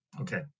Okay